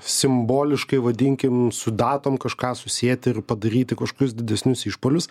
simboliškai vadinkim su datom kažką susieti ir padaryti kažkokius didesnius išpuolius